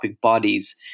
bodies